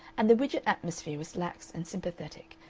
and the widgett atmosphere was lax and sympathetic,